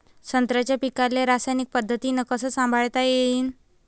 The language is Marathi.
संत्र्याच्या पीकाले रासायनिक पद्धतीनं कस संभाळता येईन?